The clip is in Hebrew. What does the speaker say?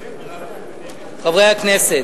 חברי הכנסת,